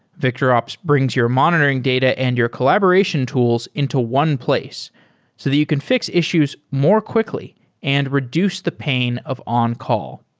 victorops brings your monitoring data and your collaboration tools into one place so that you can fix issues more quickly and reduce the pain of on-call.